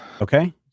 Okay